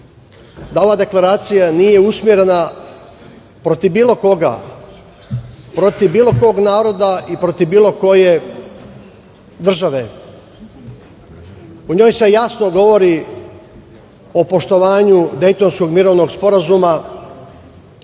da ova Deklaracija nije usmerena protiv bilo koga, protiv bilo kog naroda i protiv bilo koje države. U njoj se jasno govori o poštovanju Dejtonskog mirovnog sporazuma,